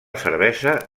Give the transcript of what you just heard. cervesa